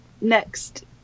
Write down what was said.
next